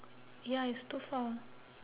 ya it's too far